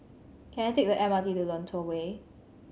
can I take the M R T to Lentor Way